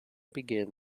begin